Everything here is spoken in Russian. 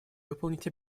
выполнить